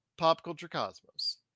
PopCultureCosmos